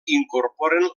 incorporen